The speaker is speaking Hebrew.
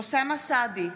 אוסאמה סעדי,